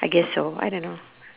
I guess so I don't know